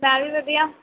ਮੈਂ ਵੀ ਵਧੀਆ